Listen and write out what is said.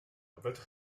fedrwch